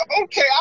okay